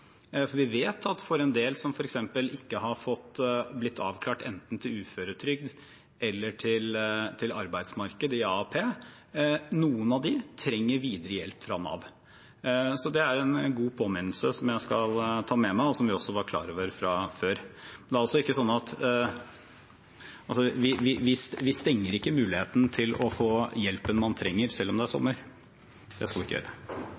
For vi vet at noen av dem som f.eks. ikke har blitt avklart, enten til uføretrygd eller til arbeidsmarkedet, i AAP, trenger videre hjelp fra Nav. Så det er en god påminnelse som jeg skal ta med meg, og som vi også var klar over fra før. Men vi stenger ikke muligheten til å få den hjelpen man trenger, selv om det er sommer. Det skal vi ikke gjøre.